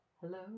hello